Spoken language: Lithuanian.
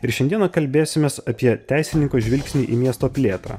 ir šiandieną kalbėsimės apie teisininko žvilgsnį į miesto plėtrą